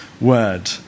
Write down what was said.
word